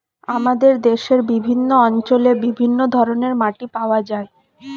আমাদের দেশের বিভিন্ন অঞ্চলে বিভিন্ন ধরনের মাটি পাওয়া যায়